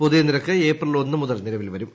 പുതിയ നിരക്ക് ഏപ്രിൽ ഒന്ന് മുതൽ നിലവിൽ വരും